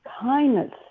kindness